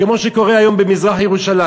כמו שקורה היום במזרח-ירושלים,